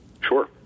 Sure